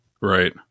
Right